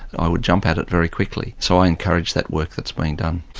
i would jump at it very quickly. so i encourage that work that's being done.